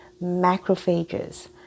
macrophages